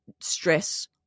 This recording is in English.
stress